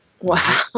Wow